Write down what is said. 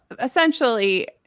essentially